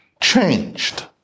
changed